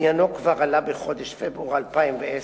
עניינו כבר עלה בחודש פברואר 2010,